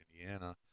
Indiana